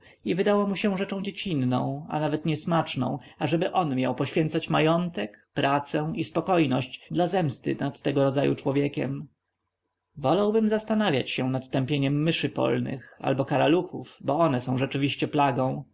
i wydało mu się rzeczą dziecinną a nawet niesmaczną ażeby on miał poświęcać majątek pracę i spokojność dla zemsty nad tego rodzaju człowiekiem wolałbym zastanawiać się nad tępieniem myszy polnych albo karaluchów bo one są